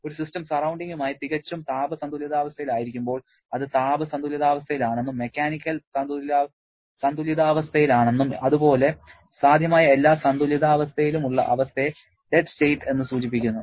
ഒരു സിസ്റ്റം സറൌണ്ടിങ്ങുമായി തികച്ചും താപ സന്തുലിതാവസ്ഥയിലായിരിക്കുമ്പോൾ അത് താപ സന്തുലിതാവസ്ഥയിലാണെന്നും മെക്കാനിക്കൽ സന്തുലിതാവസ്ഥയിലാണെന്നും അതുപോലെ സാധ്യമായ എല്ലാ സന്തുലിതാവസ്ഥയിലും ഉള്ള അവസ്ഥയെ ഡെഡ് സ്റ്റേറ്റ് എന്ന് സൂചിപ്പിക്കുന്നു